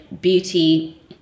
beauty